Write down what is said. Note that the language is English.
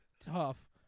tough